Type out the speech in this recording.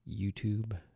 YouTube